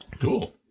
cool